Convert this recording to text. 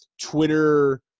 Twitter